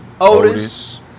Otis